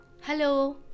Hello